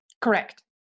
Correct